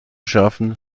schaffen